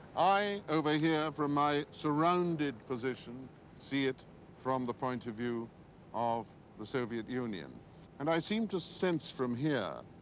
i over here from my surrounded position see it from the point of view of the soviet union and i seem to sense from here,